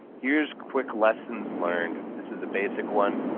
here's quick lessons learned. this is a basic one.